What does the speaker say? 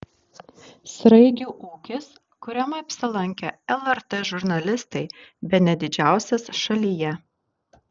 sraigių ūkis kuriame apsilankė lrt žurnalistai bene didžiausias šalyje